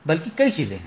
बल्कि कई चीजें हैं